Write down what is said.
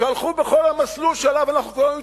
שהלכו בכל המסלול שעליו אנחנו כולנו התחנכנו?